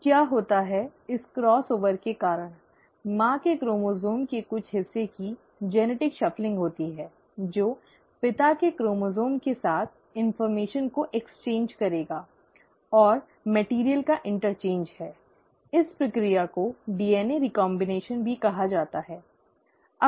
तो क्या होता है इस क्रॉस ओवर के कारण माँ के क्रोमोसोम के कुछ हिस्से की आनुवंशिक फेरबदल होती है जो पिता के क्रोमोसोम के साथ सूचना का आदान प्रदान करेगा और सामग्री का इंटरचेंज है इस प्रक्रिया को डीएनए रीकाम्बनेशन भी कहा जाता है